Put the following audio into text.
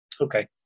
okay